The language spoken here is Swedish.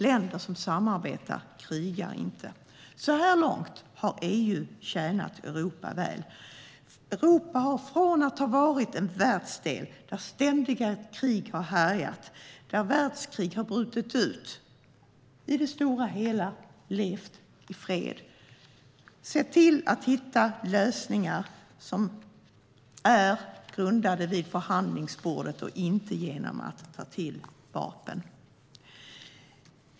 Länder som samarbetar krigar inte. Så här långt har EU tjänat Europa väl. Europa har, från att ha varit en världsdel där ständiga krig har härjat och där världskrig har brutit ut, blivit en världsdel som i det stora hela har levt i fred. Man har sett till att hitta lösningar som är grundade vid förhandlingsbordet och inte tagit till vapen.